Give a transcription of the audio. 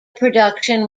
production